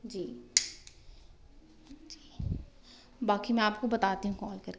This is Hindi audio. जी जी बाकी मैं आपको बताती हूँ कॉल करके